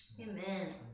Amen